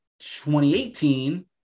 2018